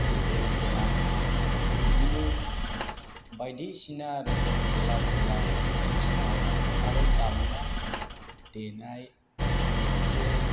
गोहोगोनां बिदिनो बायदिसिना रोखोम खेला दुला दिन्थिना होनांगौ आरो दामनाय देनाय मोनसे